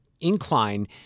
incline